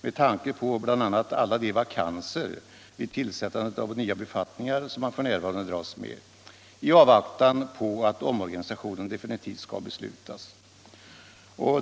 bl.a. med tanke på alla de vakanser vid tillsättandet av nya befattningar som man dras med i avvaktan på att omorganisationen definitivt skall beslutas.